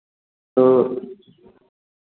तो